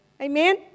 Amen